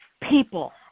people